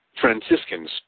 Franciscans